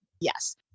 yes